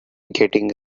getting